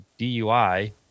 DUI